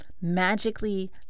magically